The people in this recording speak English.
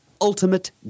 Ultimate